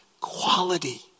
quality